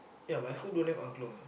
ya my school don't have angklung eh